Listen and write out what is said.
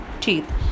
teeth